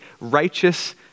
righteous